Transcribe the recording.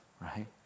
right